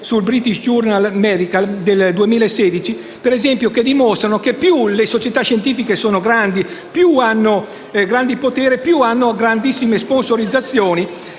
sul «British Medical Journal del 2016», nell'ambito dei quali si dimostra che più le società scientifiche sono grandi, più hanno grande potere, più hanno grandissime sponsorizzazioni.